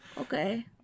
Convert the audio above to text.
Okay